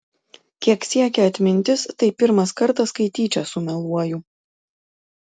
kiek siekia atmintis tai pirmas kartas kai tyčia sumeluoju